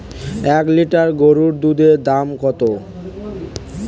এক লিটার গোরুর দুধের দাম কত?